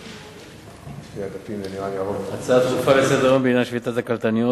זו הצעה דחופה לסדר-היום בעניין שביתות הקלדניות